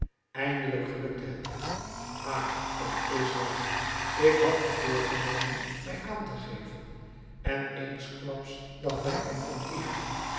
eindelijk gelukte het hem ha t is waar ik had me voorgenomen mij aan te geven en eensklaps dacht hij aan fantine